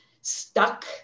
stuck